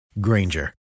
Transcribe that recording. Granger